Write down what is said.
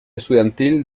estudiantil